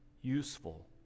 useful